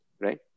right